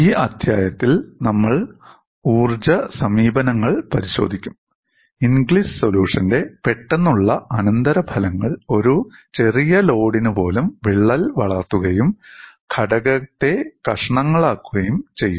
ഈ അധ്യായത്തിൽ നമ്മൾ ഊർജ്ജ സമീപനങ്ങൾ പരിശോധിക്കും ഇൻഗ്ലിസ് സൊലൂഷന്റെ പെട്ടെന്നുള്ള അനന്തരഫലങ്ങൾ ഒരു ചെറിയ ലോഡിന് പോലും വിള്ളൽ വളർത്തുകയും ഘടകത്തെ കഷണങ്ങളാക്കുകയും ചെയ്യും